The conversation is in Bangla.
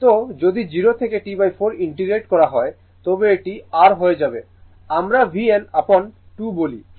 তো যদি 0 থেকে T4 ইন্টিগ্রেট করা হয় তবে এটি r হয়ে যাবে যেটা আমরা Vm upon 2 বলি